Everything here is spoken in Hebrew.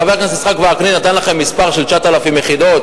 חבר הכנסת יצחק וקנין נתן לכם מספר של 9,000 יחידות.